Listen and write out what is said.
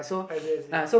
I see I see